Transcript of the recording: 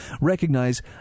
recognize